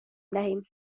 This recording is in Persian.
دهیم